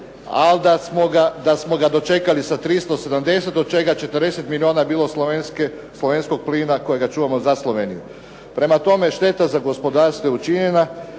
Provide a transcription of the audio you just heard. ali da smo ga dočekali sa 370 od čega 40 milijuna je bilo slovenskog plina kojeg čuvamo za Sloveniju. Prema tome, šteta za gospodarstvo je učinjena.